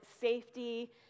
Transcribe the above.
safety